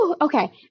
Okay